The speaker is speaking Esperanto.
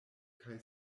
kaj